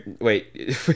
Wait